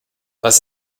was